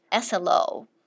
SLO